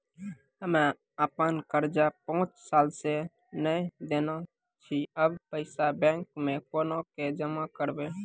हम्मे आपन कर्जा पांच साल से न देने छी अब पैसा बैंक मे कोना के जमा करबै?